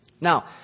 Now